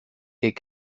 est